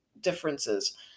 differences